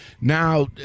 now